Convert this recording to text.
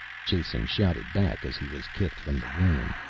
jason shouted back as he was kicked from the room.